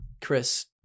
Chris